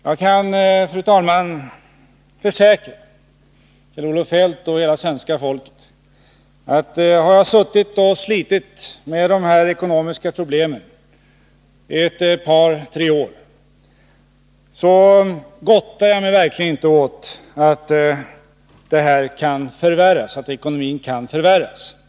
Jag kan försäkra Kjell-Olof Feldt och hela svenska folket att jag, efter att ha slitit med de ekonomiska problemen under ett par tre års tid, verkligen inte gottar mig åt att ekonomin kan förvärras.